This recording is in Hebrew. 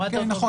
הורדת --- נכון.